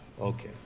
Okay